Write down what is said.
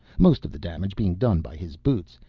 most of the damage being done by his boots,